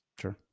Sure